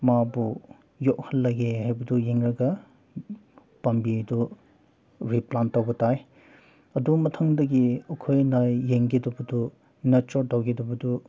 ꯃꯥꯕꯨ ꯌꯣꯛꯍꯜꯂꯒꯦ ꯍꯥꯏꯕꯗꯨ ꯌꯦꯡꯂꯒ ꯄꯥꯝꯕꯤꯗꯨ ꯔꯤꯄ꯭ꯂꯥꯟ ꯇꯧꯕ ꯇꯥꯏ ꯑꯗꯨ ꯃꯊꯪꯗꯒꯤ ꯑꯩꯈꯣꯏꯅ ꯌꯦꯡꯒꯗꯧꯕꯗꯨ ꯅꯠꯇ꯭ꯔꯒ ꯇꯧꯒꯗꯧꯕꯗꯨ